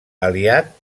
aliat